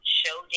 show